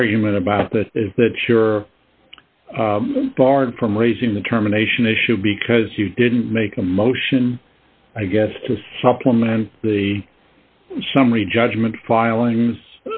rgument about that is that sure barred from raising the terminations issue because you didn't make a motion i guess to supplement the summary judgment filings